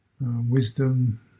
wisdom